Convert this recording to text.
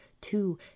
two